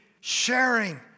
sharing